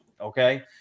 okay